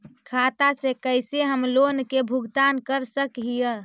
खाता से कैसे हम लोन के भुगतान कर सक हिय?